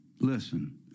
listen